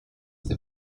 the